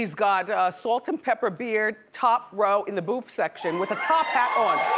he's got a salt and pepper beard, top row in the boof section, with a top hat on.